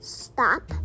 stop